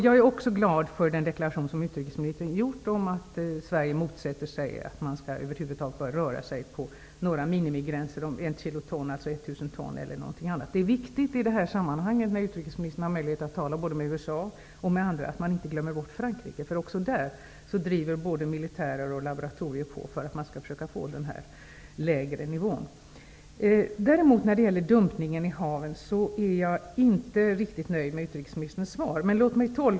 Jag är också glad för den deklaration som utrikesministern gjort om att Sverige motsätter sig att man över huvud taget skall börja tala om några minimigränser -- 1 000 ton eller något annat. När nu utrikesministern har möjlighet att tala med både representanter för USA och många andra är det viktigt att man inte glömmer bort Frankrike i det sammanhanget. Också där driver många militärer och laboratorier på att man skall försöka få en lägre nivå. Däremot när det gäller dumpningen i haven är jag inte riktigt nöjd med utrikesministerns svar.